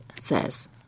says